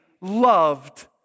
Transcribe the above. loved